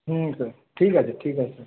হুম sir ঠিক আছে ঠিক আছে